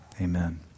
Amen